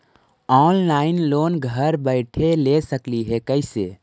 Online loan घर बैठे ले सकली हे, कैसे?